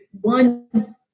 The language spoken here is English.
one